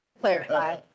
clarify